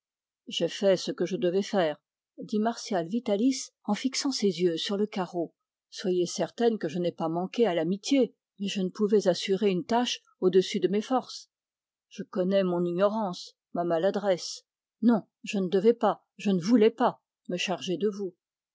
j'ai fait ce que je devais faire dit martial vitalis en fixant ses yeux sur le carreau soyez certaine que je n'ai pas manqué à l'amitié mais je ne pouvais assurer une tâche au-dessus de mes forces je connais mon ignorance ma maladresse non je ne devais pas je ne voulais pas me charger de vous